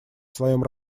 своем